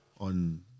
on